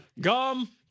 gum